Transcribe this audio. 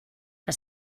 que